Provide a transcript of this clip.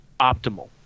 optimal